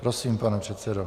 Prosím, pane předsedo.